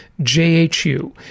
JHU